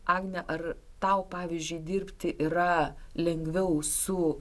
agne ar tau pavyzdžiui dirbti yra lengviau su